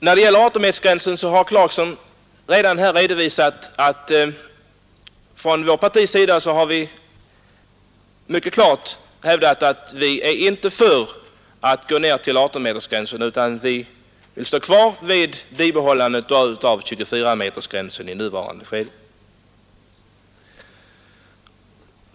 När det gäller 18-metersgränsen har herr Clarkson redan redovisat att vi i vårt parti mycket klart hävdar att vi inte vill gå ned till en gräns vid 18 meter, utan att vi önskar bibehålla 24-metersgränsen i nuvarande skede.